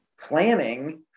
planning